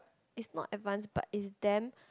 it's not advanced but it's damn